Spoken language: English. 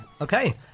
Okay